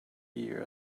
year